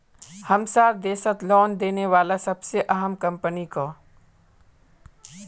हमसार देशत लोन देने बला सबसे अहम कम्पनी क